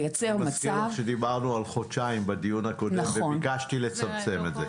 לייצר מצב --- דיברנו על חודשיים בדיון הקודם וביקשתי לצמצם את זה.